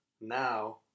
now